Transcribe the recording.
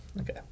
okay